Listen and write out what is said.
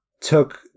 took